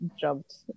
jumped